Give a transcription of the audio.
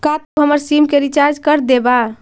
का तू हमर सिम के रिचार्ज कर देबा